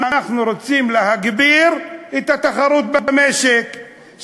אנחנו רוצים להגביר את התחרות במשק,